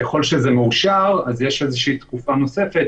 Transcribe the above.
ככל שזה מאושר אז יש איזושהי תקופה נוספת